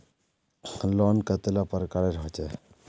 Loan कतेला प्रकारेर होचे?